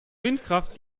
windkraft